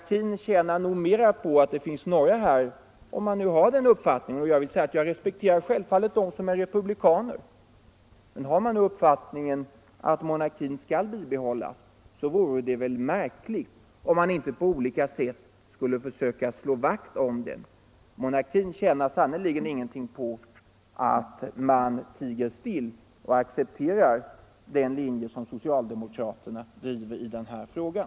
Jag vill säga att jag självfallet respekterar dem som är republikaner, men eftersom monarkin nog tjänar mera på att det finns några här som har uppfattningen att monarkin bör bibehållas, vore det väl märkligt om man inte på olika sätt skulle försöka slå vakt om den. Monarkin tjänar sannerligen ingenting på att man tiger still och accepterar den linje som socialdemokraterna driver i den här frågan.